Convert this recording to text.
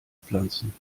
pflanzen